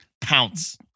pounce